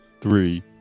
three